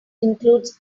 includes